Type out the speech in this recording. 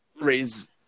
raise